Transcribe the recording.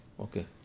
okay